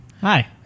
Hi